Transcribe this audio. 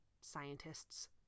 scientists